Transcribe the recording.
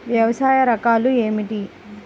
వ్యవసాయ రకాలు ఏమిటి?